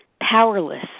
Powerless